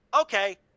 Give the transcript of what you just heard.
Okay